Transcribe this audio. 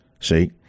See